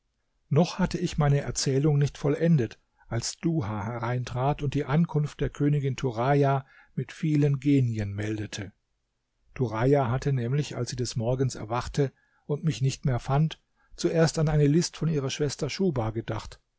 noch hatte ich meine erzählung nicht vollendet als duha hereintrat und die ankunft der königin turaja mit vielen genien meldete turaja hatte nämlich als sie des morgens erwachte und mich nicht mehr fand zuerst an eine list von ihrer schwester schuhba gedacht